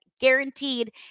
guaranteed